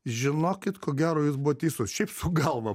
žinokit ko gero jūs buvo teisus šiaip su galva